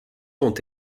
ont